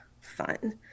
fun